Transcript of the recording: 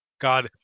God